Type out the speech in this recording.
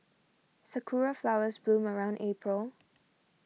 sakura flowers bloom around April